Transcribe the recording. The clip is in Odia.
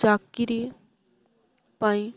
ଚାକିରି ପାଇଁ